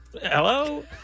Hello